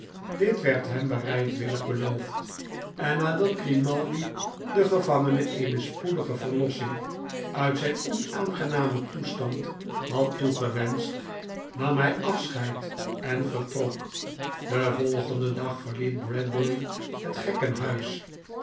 dit werd hem bereidwillig beloofd en nadat grimaldi den gevangene eene spoedige verlossing uit zijn onaangenamen toestand had toegewenscht nam hij afscheid en vertrok den volgenden dag verliet bradbury het